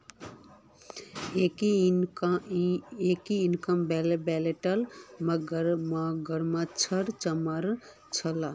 की इखन बेल्ट मगरमच्छेर चमरार छिके